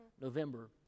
November